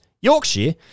Yorkshire